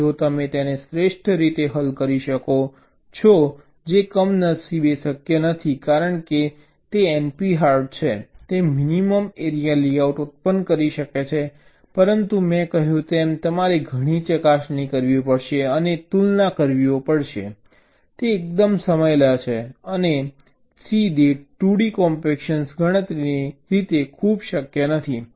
અને જો તમે તેને શ્રેષ્ઠ રીતે હલ કરી શકો છો જે કમનસીબે શક્ય નથી કારણ કે તે NP હાર્ડ છે તે મિનિમમ એરિયા લેઆઉટ ઉત્પન્ન કરી શકે છે પરંતુ મેં કહ્યું હતું તેમ તમારે ઘણી ચકાસણી કરવી પડશે અને તુલના કરવી પડશે તે એકદમ સમય લે છે અને se દીઠ 2d કોમ્પ્ક્શન ગણતરીની રીતે ખૂબ શક્ય નથી